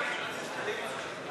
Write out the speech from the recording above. לסעיף 1